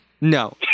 No